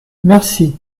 merci